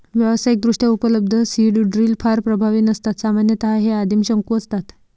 व्यावसायिकदृष्ट्या उपलब्ध seed drill फार प्रभावी नसतात सामान्यतः हे आदिम शंकू असतात